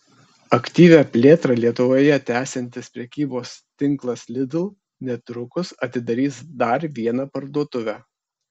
aktyvią plėtrą lietuvoje tęsiantis prekybos tinklas lidl netrukus atidarys dar vieną parduotuvę